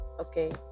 okay